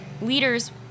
leaders